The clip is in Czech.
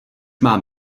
mám